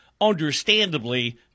understandably